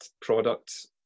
product